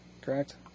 correct